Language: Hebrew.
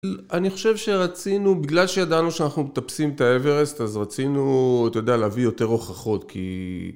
אני חושב שרצינו, בגלל שידענו שאנחנו מטפסים את האברסט, אז רצינו, אתה יודע, להביא יותר הוכחות כי...